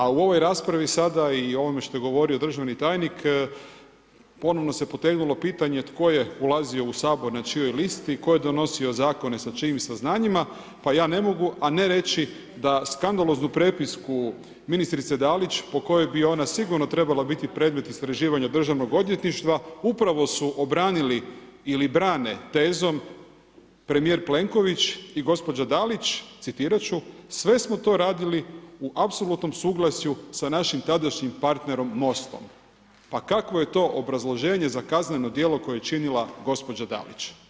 A u ovoj raspravi sada i onome što je govorio državni tajnik, ponovno se potegnulo pitanje tko je ulazio u Sabor na čijoj listi, tko je donosio zakone sa čijim saznanjima, pa ja ne mogu a ne reći da skandaloznu prepisku ministrice Dalić po kojoj bi ona sigurno trebala biti predmet istraživanja DORH-a, upravo su obranili ili brane tezom premijer Plenković i gospođa Dalić, citirat ću „Sve smo to radili u apsolutnom suglasju sa našim tadašnjim partnerom MOST-om.“ Pa kakvo je to obrazloženje za kazneno djelo koje je učinila gospođa Dalić?